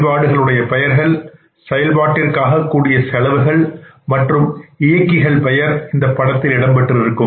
செயல்பாடுகள் உடைய பெயர்கள் செயல்பாட்டிற்கான கூடிய செலவுகள் மற்றும் இயக்கிகள்பெயர் இந்த படத்தில் இடம்பெற்றிருக்கும்